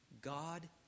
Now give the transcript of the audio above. God